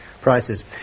prices